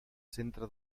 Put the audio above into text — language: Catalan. centre